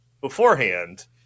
beforehand